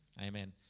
Amen